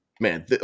man